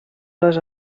les